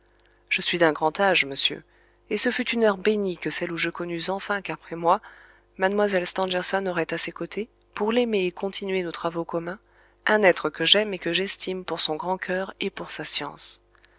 je suis d'un grand âge monsieur et ce fut une heure bénie que celle où je connus enfin qu'après moi mlle stangerson aurait à ses côtés pour l'aimer et continuer nos travaux communs un être que j'aime et que j'estime pour son grand cœur et pour sa science